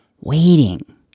waiting